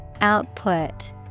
Output